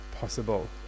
possible